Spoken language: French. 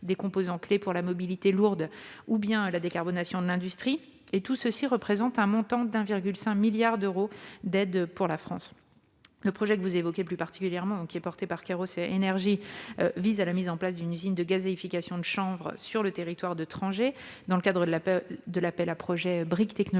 de composants clés, sur la mobilité lourde ou sur la décarbonation de l'industrie. Tout cela représente un montant de 1,5 milliard d'euros d'aides pour la France. Le projet que vous évoquez plus particulièrement, porté par Quairos Énergies, vise à l'installation d'une usine de gazéification de chanvre sur le territoire de Trangé dans le cadre de l'appel à projets « Briques technologiques